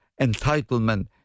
entitlement